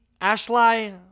Ashley